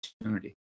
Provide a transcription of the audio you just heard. opportunity